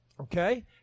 Okay